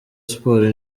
sports